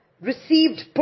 received